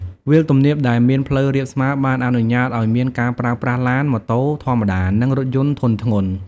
វាលទំនាបដែលមានផ្លូវរាបស្មើបានអនុញ្ញាតឱ្យមានការប្រើប្រាស់ឡាន ម៉ូតូធម្មតា និងរថយន្តធុនធ្ងន់។